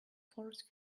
force